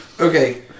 Okay